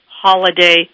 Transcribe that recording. holiday